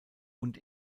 und